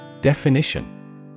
Definition